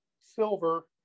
silver